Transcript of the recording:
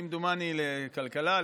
כמדומני לכלכלה,